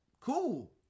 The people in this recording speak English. cool